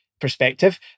Perspective